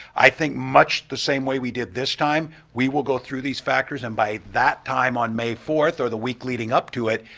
i think much the same way we did this time, we will go through these factors and by that time, on may fourth or the week leading up to it,